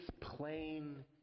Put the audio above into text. plain